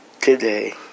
today